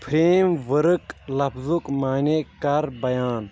frame ؤرٕک لفظُک معنے کر بیان